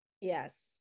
Yes